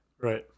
Right